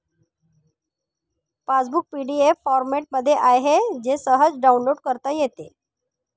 passbook PDF फॉरमॅटमध्ये आहे जे सहज डाउनलोड करता येते